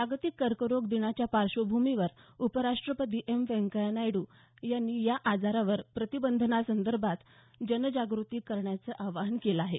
जागतिक कर्करोग दिनाच्या पार्श्वभूमीवर उपराष्ट्रपती एम व्यंकय्या नायडू यांनी या आजारावर प्रतिबंधनासंदर्भात जनजागृती करण्याचं आवाहन केलं आहे